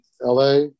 la